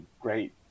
great